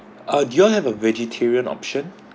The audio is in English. ah do you all have a vegetarian option